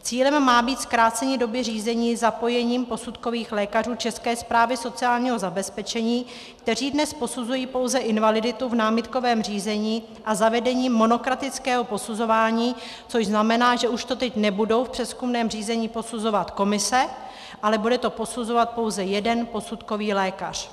Cílem má být zkrácení doby řízení zapojením posudkových lékařů České správy sociálního zabezpečení, kteří dnes posuzují pouze invaliditu v námitkovém řízení, a zavedení monokratického posuzování, což znamená, že už to teď nebudou v přezkumném řízení posuzovat komise, ale bude to posuzovat pouze jeden posudkový lékař.